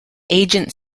agent